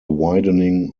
widening